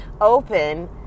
open